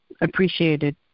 appreciated